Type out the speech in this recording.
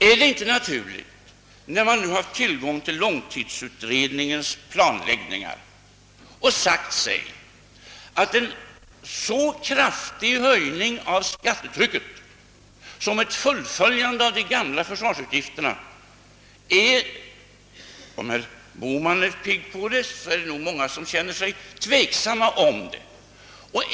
är det inte naturligt, när man nu har tillgång till långtidsutredningens planläggningar, att säga sig, att en så kraftig höjning av skattetrycket som ett fullföljande av den hittillsvarande planen för försvarsutgifterna är av den arten att, även om herr Bohman önskade något sådant, många ställer sig tveksamma till en sådan höjning?